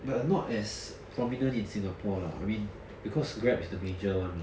but not as prominent in singapore lah I mean because Grab is the major one mah